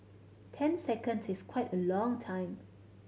ten seconds is quite a long time